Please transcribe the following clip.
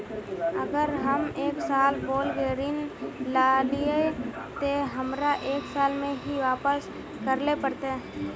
अगर हम एक साल बोल के ऋण लालिये ते हमरा एक साल में ही वापस करले पड़ते?